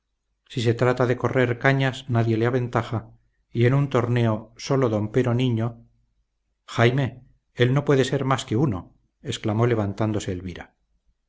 si se trata de correr cañas nadie le aventaja y en un torneo sólo don pero niño jaime él no puede ser más que uno exclamó levantándose elvira